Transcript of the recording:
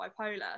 bipolar